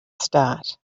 start